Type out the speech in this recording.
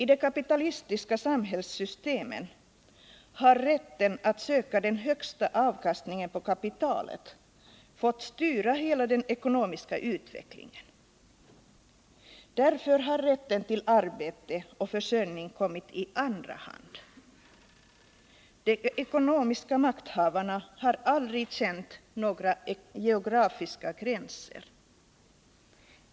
I de kapitalistiska samhällssystemen har rätten att söka den högsta avkastningen på kapitalet fått styra hela den ekonomiska utvecklingen. Därför har rätten till arbete och försörjning kommit i andra hand. De ekonomiska makthavarna har aldrig känt några geografiska gränser.